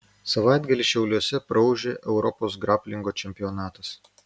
savaitgalį šiauliuose praūžė europos graplingo čempionatas